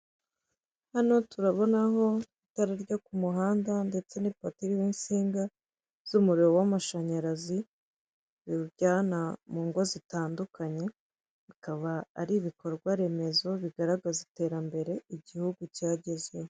Hano turabonaho itara ryo ku muhanda ndetse n'ipoto iriho insinga z'umuriro w'amashanyarazi biwujyana mu ngo zitandukanye, akaba ari ibikorwa remezo bigaragaza iterambere igihugu cyagezeho.